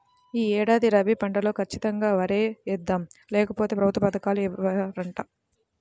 యీ ఏడాది రబీ పంటలో ఖచ్చితంగా వరే యేద్దాం, లేకపోతె ప్రభుత్వ పథకాలు ఇవ్వరంట